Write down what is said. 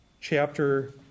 chapter